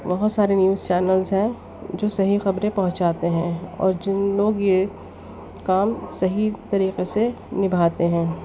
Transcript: بہت سارے news channels ہیں جو صحیح خبریں پہنچاتے ہیں اور جن لوگ یہ کام صحیح طریقے سے نبھاتے ہیں